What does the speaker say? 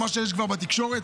מה שיש כבר בתקשורת?